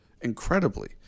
Incredibly